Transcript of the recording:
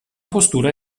postura